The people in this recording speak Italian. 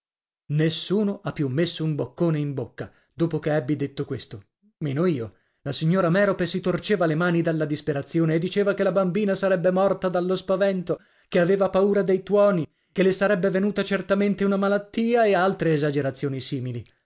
nessuno ha più messo un boccone in bocca dopo che ebbi detto questo meno io la signora merope si torceva le mani dalla disperazione e diceva che la bambina sarebbe morta dallo spavento che aveva paura dei tuoni che le sarebbe venuta certamente una malattia e altre esagerazioni simili